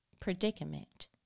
predicament